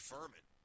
Furman